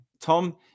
Tom